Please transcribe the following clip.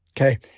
Okay